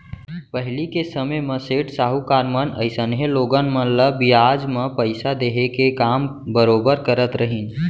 पहिली के समे म सेठ साहूकार मन अइसनहे लोगन मन ल बियाज म पइसा देहे के काम बरोबर करत रहिन